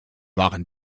waren